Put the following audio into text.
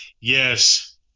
Yes